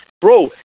Bro